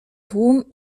tłum